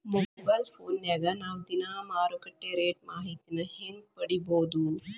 Mobile ಫೋನ್ಯಾಗ ನಾವ್ ದಿನಾ ಮಾರುಕಟ್ಟೆ ರೇಟ್ ಮಾಹಿತಿನ ಹೆಂಗ್ ಪಡಿಬೋದು?